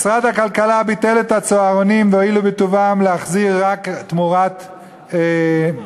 משרד הכלכלה ביטל את הצהרונים והואילו בטובם להחזיר רק תמורת מחיר.